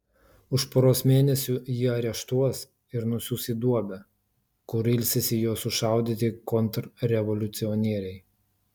už poros mėnesių jį areštuos ir nusiųs į duobę kur ilsisi jo sušaudyti kontrrevoliucionieriai